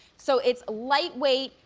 so it's lightweight,